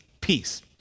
peace